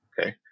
okay